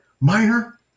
minor